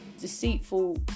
deceitful